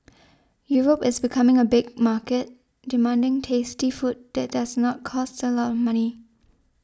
Europe is becoming a big market demanding tasty food that does not cost a lot of money